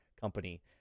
company